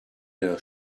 her